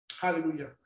Hallelujah